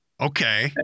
Okay